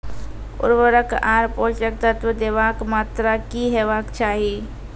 उर्वरक आर पोसक तत्व देवाक मात्राकी हेवाक चाही?